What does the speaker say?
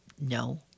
no